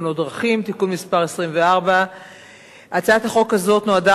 תאונות דרכים (תיקון מס' 24). הצעת החוק הזאת נועדה